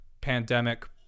pandemic